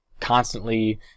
constantly